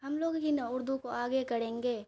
ہم لوگ ہی نا اردو کو آگے کریں گے